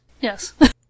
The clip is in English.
Yes